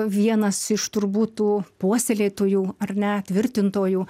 vienas iš turbūt tų puoselėtų jau ar ne tvirtintojų